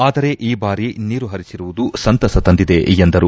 ಆದರೆ ಈ ಬಾರಿ ನೀರು ಹರಿಸಿರುವುದು ಸಂತಸ ತಂದಿದೆ ಎಂದರು